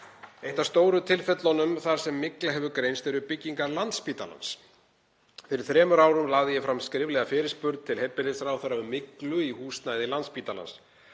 Eitt af stóru tilfellunum þar sem mygla hefur greinst eru byggingar Landspítalans. Fyrir þremur árum lagði ég fram skriflega fyrirspurn til heilbrigðisráðherra um myglu í húsnæði Landspítalans